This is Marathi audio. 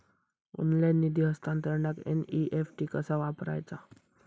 ऑनलाइन निधी हस्तांतरणाक एन.ई.एफ.टी कसा वापरायचा?